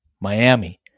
Miami